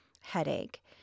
headache